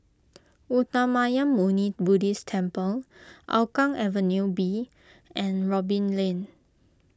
Uttamayanmuni Buddhist Temple Hougang Avenue B and Robin Lane